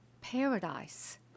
paradise